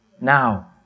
now